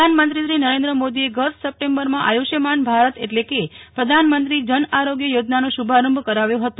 પ્રધાનમંત્રી નરેન્દ્ર મોદીએ ગત સપ્ટેમ્બરમાં આયુષ્યમાન ભારત એટલે કે પ્રધાનમંત્રી જન આરોગ્ય યોજનાનો શુભારંભ કરાવ્યો હતો